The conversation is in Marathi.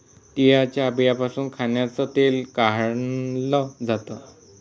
तिळाच्या बियांपासून खाण्याचं तेल काढल जात